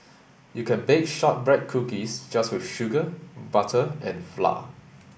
you can bake shortbread cookies just with sugar butter and flour